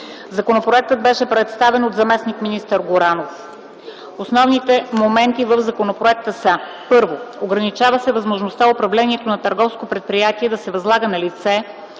Законопроектът беше представен от заместник-министъра на финансите Владислав Горанов. Основните моменти в законопроекта са: 1. Ограничава се възможността управлението на търговско предприятие да се възлага на лица,